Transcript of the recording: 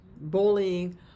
bullying